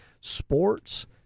sports